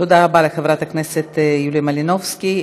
תודה רבה לחברת הכנסת יוליה מלינובסקי.